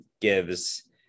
gives